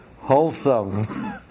Wholesome